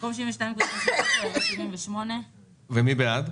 במקום 72.59 יבוא 75. מי בעד?